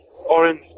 Orange